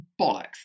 bollocks